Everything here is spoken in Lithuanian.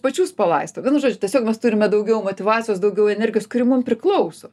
pačius palaisto vienu žodžiu tiesiog mes turime daugiau motyvacijos daugiau energijos kuri mum priklauso